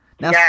now